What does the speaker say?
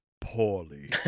poorly